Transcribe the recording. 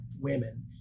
women